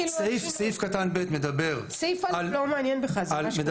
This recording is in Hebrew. סעיף (א) לא מעניין בכלל, זה מה שקורה היום.